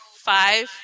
five